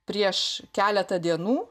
prieš keletą dienų